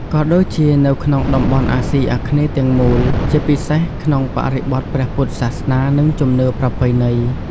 ក៏ដូចជានៅក្នុងតំបន់អាស៊ីអាគ្នេយ៍ទាំងមូល ជាពិសេសក្នុងបរិបទព្រះពុទ្ធសាសនា និងជំនឿប្រពៃណី។